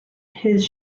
his